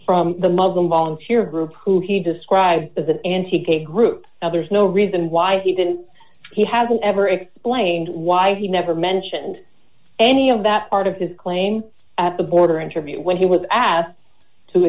from the muslim volunteer group who he described as an antique a group now there's no reason why he didn't he hasn't ever explained why he never mentioned any of that part of his claim at the border interview when he was asked to